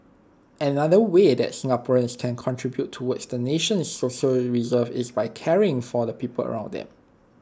another way that Singaporeans can contribute towards the nation's social reserves is by caring for the people around them